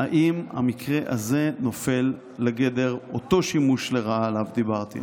אם המקרה הזה נופל לגדר אותו שימוש לרעה שעליו דיברתי.